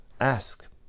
Ask